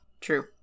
True